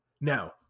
Now